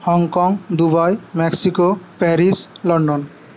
Hong Kong Dubai Mexico Paris London